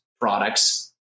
products